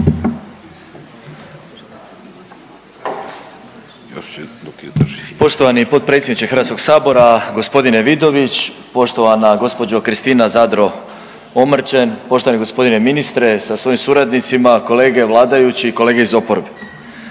Poštovani potpredsjedniče Hrvatskog sabora gospodine Vidović, poštovana gospođo Kristina Zadro Omrčen, poštovani gospodine ministre sa svojim suradnicima, kolege vladajući, kolege iz oporbe,